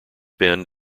bend